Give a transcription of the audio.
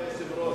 כבוד היושב-ראש,